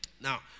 Now